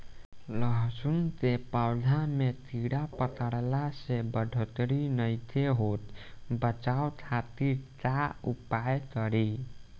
लहसुन के पौधा में कीड़ा पकड़ला से बढ़ोतरी नईखे होत बचाव खातिर का उपाय करी?